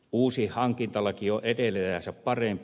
uusi hankintalaki on edeltäjäänsä parempi